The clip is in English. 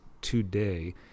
today